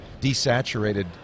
desaturated